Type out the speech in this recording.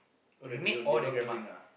oh the they don't they don't want to drink ah